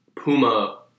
Puma